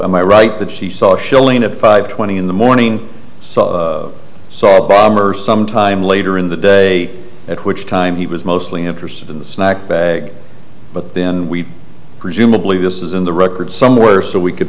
am i right that she saw shelling at five twenty in the morning so i saw a bomber some time later in the date at which time he was mostly interested in the snack bag but then we presumably this is in the record somewhere so we could